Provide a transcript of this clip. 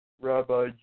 Rabbi